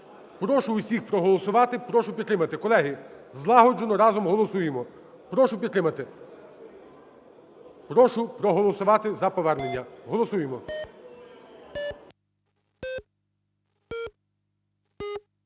Прошу усіх проголосувати, прошу підтримати. Колеги, злагоджено разом голосуємо. Прошу підтримати, прошу проголосувати за повернення, голосуємо.